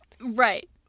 Right